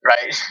Right